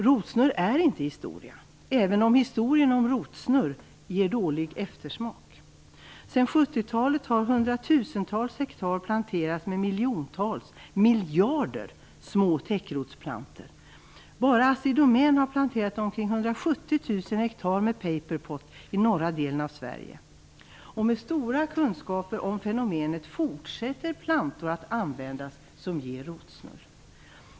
Rotsnurr är inte historia, även om historien om rotsnurr ger dålig eftersmak. Sedan 70-talet har 100 000-tals hektar planterats med miljontals, miljarder, små täckrotsplantor. Bara Assi Domän har planterat omkring 170 000 hektar med paper pot i norra delen av Sverige. Med stora kunskaper om fenomenet fortsätter man att använda plantor som ger rotsnurr.